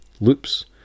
loops